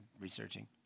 researching